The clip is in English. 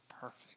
perfect